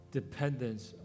dependence